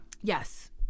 Yes